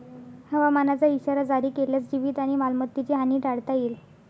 हवामानाचा इशारा जारी केल्यास जीवित आणि मालमत्तेची हानी टाळता येईल